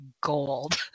gold